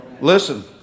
Listen